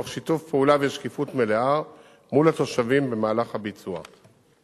תוך שיתוף פעולה ושקיפות מלאה מול התושבים במהלך הביצוע.